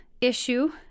issue